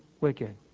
wicked